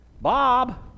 Bob